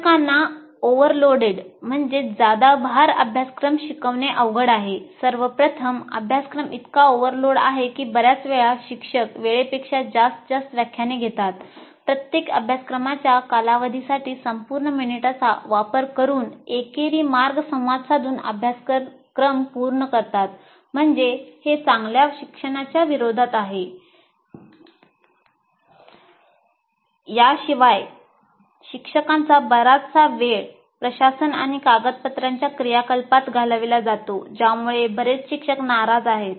शिक्षकांना जादाभार प्रशासन आणि कागदपत्रांच्या क्रियाकलापात घालविला जातो ज्यामुळे बरेच शिक्षक नाराज आहेत